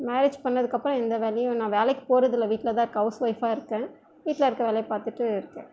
marriage பண்ணிணதுக்கப்பறம் எந்த வேலையும் நான் வேலைக்கு போறதில்லை வீட்டில் தான் ஹவுஸ் ஒய்ஃபாக இருக்கேன் வீட்டுலயிருக்க வேலையை பார்த்துட்டு இருக்கேன்